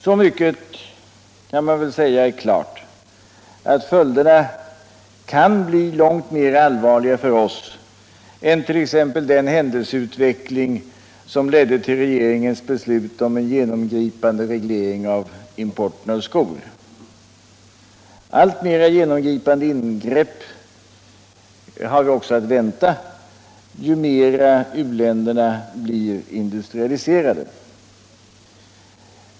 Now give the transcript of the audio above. Så mycket kan man väl säga är klart som att följderna kan bli långt allvarligare för oss än t.ex. den händelseutveckling som ledde till regeringens beslut om en genomgripande reglering av importen av skor. Alltmer djupgående ingrepp har vi också att vänta ju mer u-länderna blir industrialiserade.